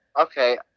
Okay